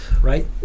Right